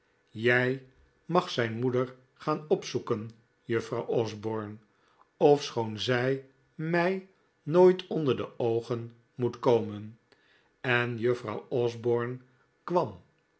jij mag zijn moeder gaan opzoeken juffrouw osborne ofschoon zij mij nooit onder de oogen moet komen en juffrouw osborne kwam